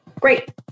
Great